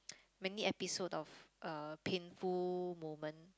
many episode of uh painful moment